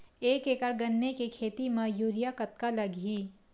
एक एकड़ गन्ने के खेती म यूरिया कतका लगही?